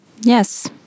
Yes